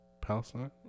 Palestine